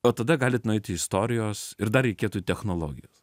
o tada galit nueit į istorijos ir dar reikėtų į technologijas